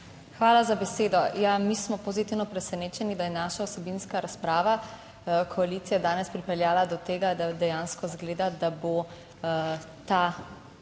Hvala za besedo. Mi smo pozitivno presenečeni, da je naša vsebinska razprava koalicije danes pripeljala do tega, da dejansko zgleda, da bo ta